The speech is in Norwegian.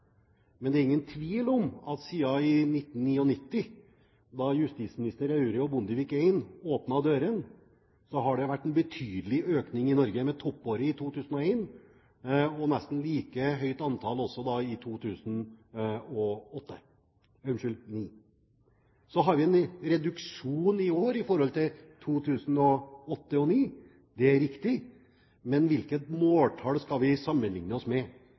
Men det er ingen tvil om at siden 1999, da justisminister Aure og Bondevik I åpnet dørene, har det vært en betydelig økning i Norge, med toppåret i 2001 og nesten like høyt antall også i 2009. Så har vi en reduksjon i år i forhold til 2008 og 2009 – det er riktig – men hvilket måltall skal vi sammenligne oss med?